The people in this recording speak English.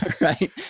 right